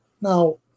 Now